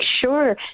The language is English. sure